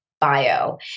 bio